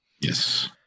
Yes